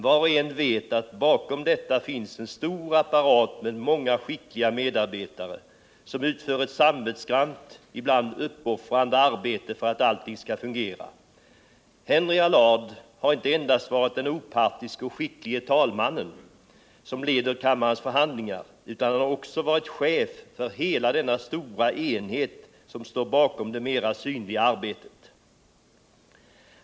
Var och en vet att bakom detta finns en stor apparat med många skickliga medarbetare, som utför ett samvetsgrant, ibland uppoffrande arbete för att allting skall fungera. Henry Allard har inte endast varit den opartiske och skicklige talmannen, som leder kammarens förhandlingar, utan han har också varit chef för hela den stora enhet som står bakom det mer synliga arbetet.